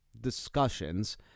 discussions